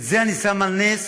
את זה אני שם על נס,